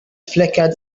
flickered